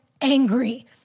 angry